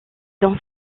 dans